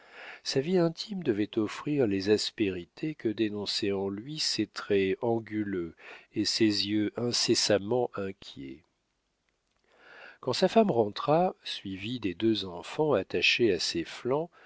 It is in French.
sa vie intime devait offrir les aspérités que dénonçaient en lui ses traits anguleux et ses yeux incessamment inquiets quand sa femme rentra suivie des deux enfants attachés à ses flancs